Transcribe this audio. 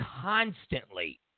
constantly